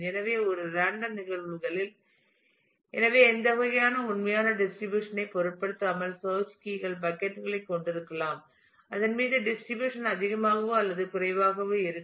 எனவே ஒரு ரேண்டம் நிகழ்வுகளில் எனவே எந்த வகையான உண்மையான டிஸ்ட்ரிபியூஷன் ஐ பொருட்படுத்தாமல் சேர்ச் கீ கள் பக்கட் களைக் கொண்டிருக்கலாம் அதன் மீது டிஸ்ட்ரிபியூஷன் அதிகமாகவோ அல்லது குறைவாகவோ இருக்கும்